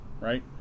right